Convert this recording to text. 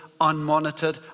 unmonitored